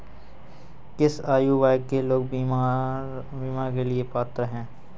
किस आयु वर्ग के लोग बीमा के लिए पात्र हैं?